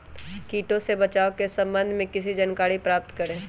किटो से बचाव के सम्वन्ध में किसी जानकारी प्राप्त करें?